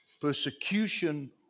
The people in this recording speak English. persecution